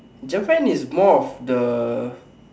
Japan is more of the